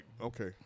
Okay